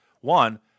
One